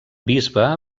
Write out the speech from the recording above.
bisbe